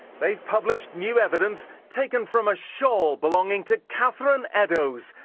they've published new evidence taken from a shawl belonging to catherine eddowes,